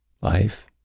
life